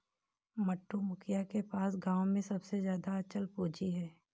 मंटू, मुखिया के पास गांव में सबसे ज्यादा अचल पूंजी है